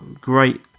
great